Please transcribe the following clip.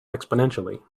exponentially